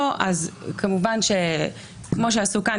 כמובן כמו שעשו כאן,